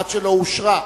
עד שלא אושרה,